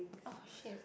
oh shit